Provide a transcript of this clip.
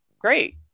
great